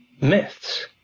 myths